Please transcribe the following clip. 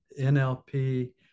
NLP